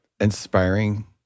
inspiring